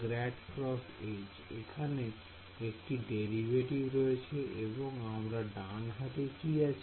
∇× H এখানে একটি derivative রয়েছে এবং আমার ডান হাতে কি আছে